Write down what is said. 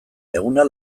eguna